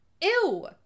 Ew